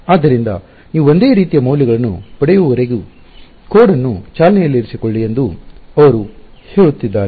ಆದ್ದರಿಂದ ನೀವು ಒಂದೇ ರೀತಿಯ ಮೌಲ್ಯಗಳನ್ನು ಪಡೆಯುವವರೆಗೆ ಕೋಡ್ ಅನ್ನು ಚಾಲನೆಯಲ್ಲಿರಿಸಿಕೊಳ್ಳಿ ಎಂದು ಅವರು ಹೇಳುತ್ತಿದ್ದಾರೆ